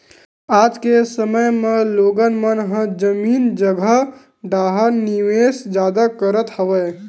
आज के समे म लोगन मन ह जमीन जघा डाहर निवेस जादा करत हवय